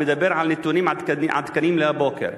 אני מדבר על נתונים עדכניים להבוקר.